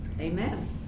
Amen